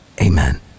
Amen